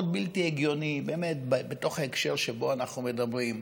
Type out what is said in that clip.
מאוד בלתי הגיוני בתוך ההקשר שבו אנחנו מדברים.